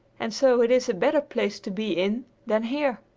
and so it is a better place to be in than here.